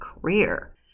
career